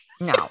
no